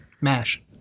MASH